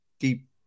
deep